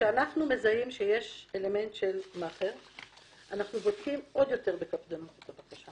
כשאנחנו מזהים שיש אלמנט של מאכער אנחנו בודקים בקפדנות יתר.